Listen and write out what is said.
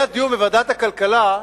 היה דיון בוועדת הכלכלה,